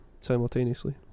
simultaneously